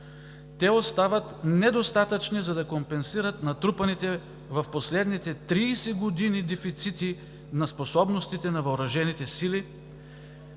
те остават недостатъчни, за да компенсират натрупаните в последните 30 години дефицити на способностите на въоръжените сили,